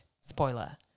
Spoiler